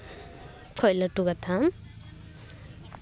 ᱠᱷᱚᱡ ᱞᱟᱹᱴᱩ ᱠᱟᱛᱷᱟ